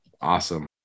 awesome